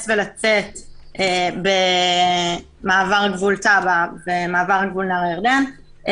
ולצאת במעבר גבול טאבה ומעבר גבול נהר הירדן.